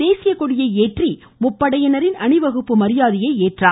தேசியக்கொடியை ஏற்றி முப்படையினரின் அணிவகுப்பு மரியாதையை ஏற்றுக்கொண்டார்